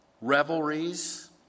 revelries